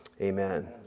Amen